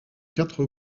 quatre